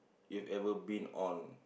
you've ever been on